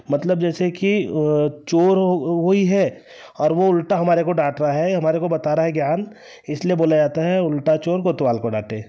मतलब जैसे कि चोर वह ही है और वो उल्टा हमारे को बता रहा है हमारे को बता रहा है ज्ञान इसलिए बोला जाता है उल्टा चोर कोतवाल को डांटे